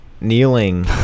kneeling